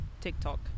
TikTok